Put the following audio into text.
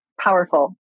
powerful